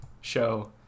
show